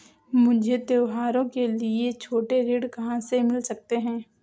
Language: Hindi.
मुझे त्योहारों के लिए छोटे ऋण कहाँ से मिल सकते हैं?